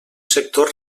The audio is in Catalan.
sector